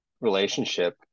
relationship